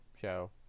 show